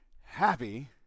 happy